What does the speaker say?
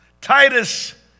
Titus